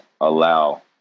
allow